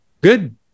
good